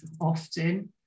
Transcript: often